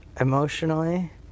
emotionally